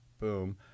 boom